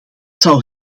zou